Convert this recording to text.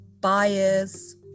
buyers